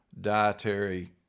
dietary